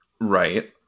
Right